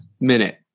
minute